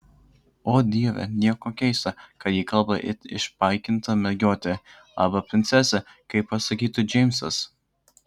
o dieve nieko keista kad ji kalba it išpaikinta mergiotė arba princesė kaip pasakytų džeimsas